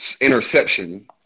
interception